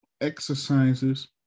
exercises